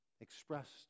expressed